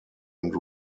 und